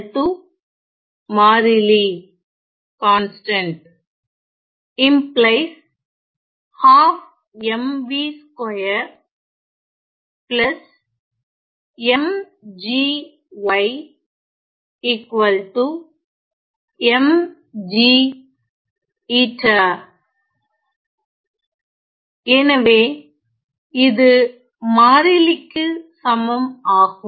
E மாறிலி எனவே இது மாறிலிக்கு சமம் ஆகும்